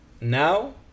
now